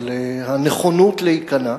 על הנכונות להיכנע,